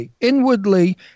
inwardly